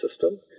system